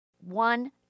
one